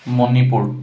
Manipur